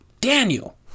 Daniel